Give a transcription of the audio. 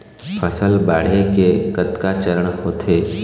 फसल बाढ़े के कतका चरण होथे?